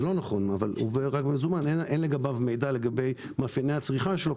המשמעות היא שאין לגביו מידע על מאפייני הצריכה שלו,